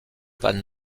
van